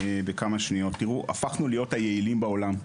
תראו, הפכנו להיות היעילים בעולם,